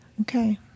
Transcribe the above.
Okay